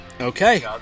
Okay